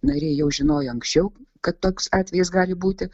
nariai jau žinojo anksčiau kad toks atvejis gali būti